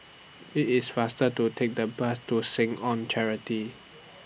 IT IS faster to Take The Bus to Seh Ong Charity